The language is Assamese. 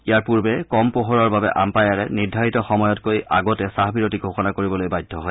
ইয়াৰ পূৰ্বে কম পোহৰৰ বাবে আম্পায়াৰে নিদ্ধাৰিত সময়তকৈ আগতে চাহবিৰতি ঘোষণা কৰিবলৈ বাধ্য হয়